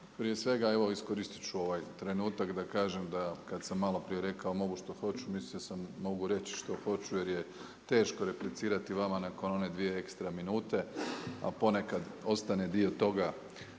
Prije svega, evo iskoristi ću ovaj trenutak da kažem da kad sam maloprije rekao mogu što hoću, mislio sam mogu reći što hoću jer je teško replicirati vama nakon one dvije ekstra minute a ponekad ostane dio toga